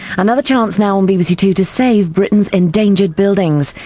another chance now, on b b c two, to save britain's endangered buildings.